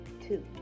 Two